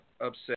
Upset